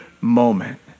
moment